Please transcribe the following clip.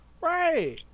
Right